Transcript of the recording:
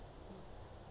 up to you